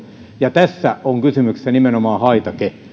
ja tässä on kysymyksessä nimenomaan haitake